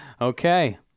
Okay